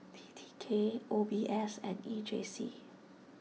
T T K O B S and E J C